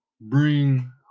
bring